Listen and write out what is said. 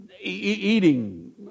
eating